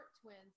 twins